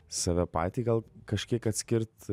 save patį gal kažkiek atskirt